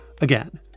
Again